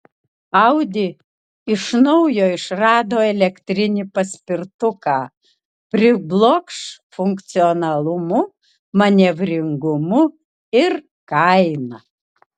audi iš naujo išrado elektrinį paspirtuką priblokš funkcionalumu manevringumu ir kaina